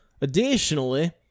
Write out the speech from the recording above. Additionally